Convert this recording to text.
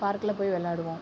பார்க்கில் போய் விளையாடுவோம்